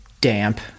damp